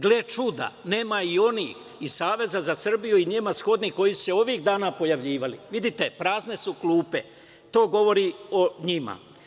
Gle čuda, nema i onih iz Saveza za Srbiju i njima shodnih koji su se ovih dana pojavljivali, vidite prazne su klupe, to govori o njima.